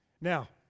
Now